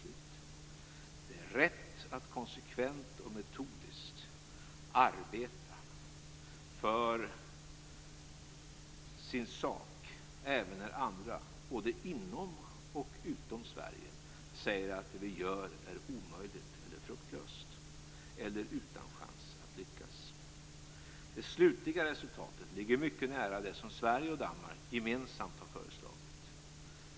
Det är rätt att konsekvent och metodiskt arbeta för sin sak, även när andra, både inom och utom Sverige, säger att det vi gör är omöjligt eller fruktlöst eller utan chans att lyckas. Det slutliga resultatet ligger mycket nära det som Sverige och Danmark gemensamt har föreslagit.